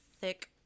thick